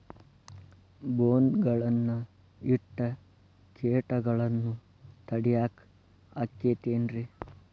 ಬೋನ್ ಗಳನ್ನ ಇಟ್ಟ ಕೇಟಗಳನ್ನು ತಡಿಯಾಕ್ ಆಕ್ಕೇತೇನ್ರಿ?